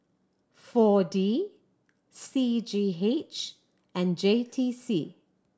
Four D C G H and J T C